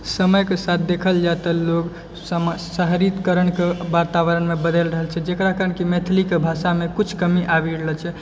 समयके साथ देखल जाइ तऽ लोग शहरीकरणके वातावरणमे बदलि रहल छै जकरा कारण कि मैथिलीके भाषामे किछु कमी आबि रहलो छै